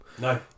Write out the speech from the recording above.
No